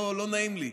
לא נעים לי.